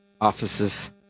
offices